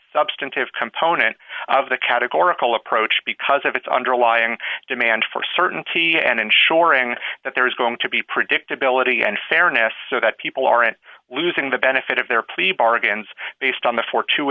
substantive component of the categorical approach because of its underlying demand for certainty and ensuring that there is going to be predictability and fairness so that people aren't losing the benefit of their plea bargains based on the fo